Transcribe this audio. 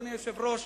אדוני היושב-ראש,